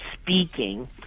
speaking